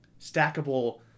stackable